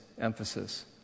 emphasis